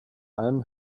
alm